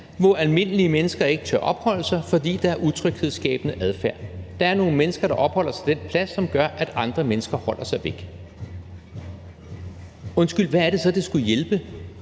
hvor almindelige mennesker ikke tør at opholde sig, fordi der er utryghedsskabende adfærd. Der er nogen mennesker, der opholder sig på den plads, og som gør, at andre mennesker holder sig væk. Undskyld, hvad er det så, det skulle hjælpe